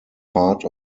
part